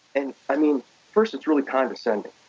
and i mean, first, it's really condescending.